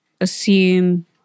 assume